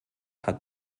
hat